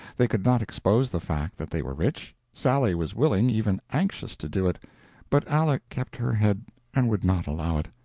they could not expose the fact that they were rich. sally was willing, even anxious, to do it but aleck kept her head and would not allow it.